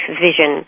Vision